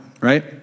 right